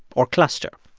or cluster.